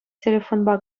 телефонпа